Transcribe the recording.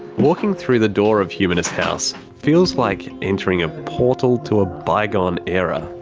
walking through the door of humanist house feels like entering a portal to a bygone era.